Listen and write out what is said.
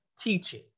teaching